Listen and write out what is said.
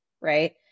Right